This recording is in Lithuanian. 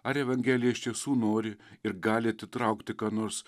ar evangelija iš tiesų nori ir gali atitraukti ką nors